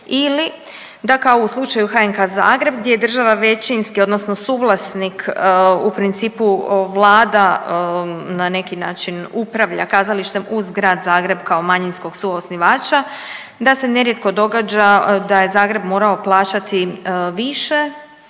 ili da kao u slučaju HNK-a Zagreb gdje je država većinski odnosno suglasnik u principu vlada na neki način upravlja kazalištem uz Grad Zagreb kao manjinskog suosnivača da se nerijetko događa da je Zagreb morao plaćati više